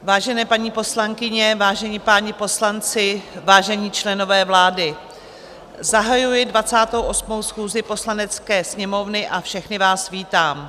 Vážené paní poslankyně, vážení páni poslanci, vážení členové vlády, zahajuji 28. schůzi Poslanecké sněmovny a všechny vás vítám.